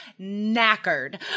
knackered